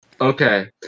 Okay